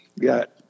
got